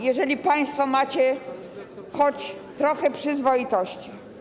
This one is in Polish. Jeżeli państwo macie choć trochę przyzwoitości.